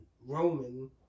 Roman